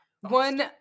One